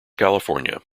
california